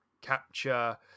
capture